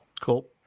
cool